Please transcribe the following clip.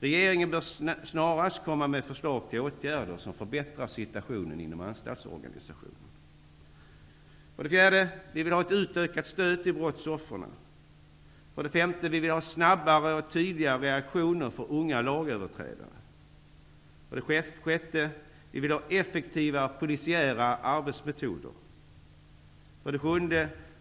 Regeringen bör snarast komma med förslag till åtgärder som förbättrar situationen inom anstaltsorganisationen. Vi vill ha ett utökat stöd till brottsoffren. Vi vill ha snabbare och tydligare reaktioner gentemot unga lagöverträdare. Vi vill ha effektivare polisiära arbetsmetoder.